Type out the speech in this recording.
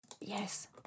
yes